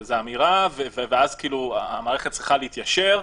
זו אמירה, ואז המערכת צריכה להתיישר,